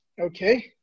Okay